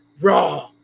raw